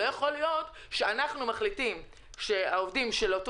לא יכול להיות שאנחנו מחליטים שהעובדים של אותו